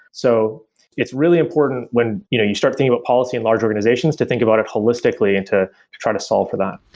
so it's really important when you start thinking about but policy in large organizations to think about it holistically and to to trying to solve for that.